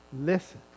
Listen